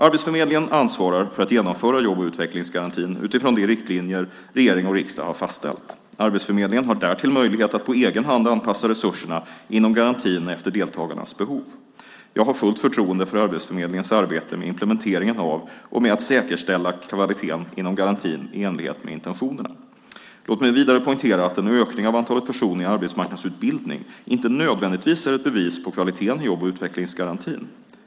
Arbetsförmedlingen ansvarar för att genomföra jobb och utvecklingsgarantin utifrån de riktlinjer regering och riksdag har fastställt. Arbetsförmedlingen har därtill möjlighet att på egen hand anpassa resurserna inom garantin efter deltagarnas behov. Jag har fullt förtroende för Arbetsförmedlingens arbete med implementeringen av garantin och med att säkerställa kvaliteten inom garantin i enlighet med intentionerna. Låt mig vidare poängtera att en ökning av antalet personer i arbetsmarknadsutbildning inte nödvändigtvis är ett bevis på kvaliteten i jobb och utvecklingsgarantin.